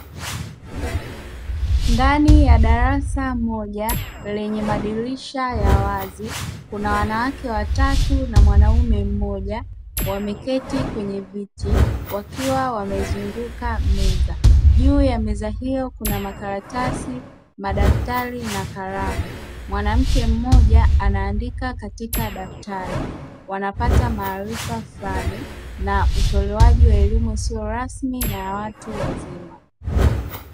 Ndani ya darasa moja, lenye madirisha ya wazi, kuna wanawake watatu na mwanaume mmoja wameketi kwenye viti wakiwa wamezunguka meza, juu ya meza hiyo kuna makaratasi, madaftari na kalamu. Mwanamke mmoja anaandika katika daftari, wanapata maarifa fulani na utolewaji wa elimu isiyo rasmi na watu wazima.